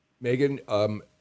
Megan